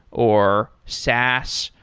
or saas,